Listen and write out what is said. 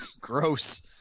Gross